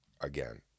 again